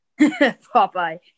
Popeye